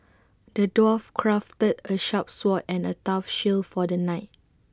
the dwarf crafted A sharp sword and A tough shield for the knight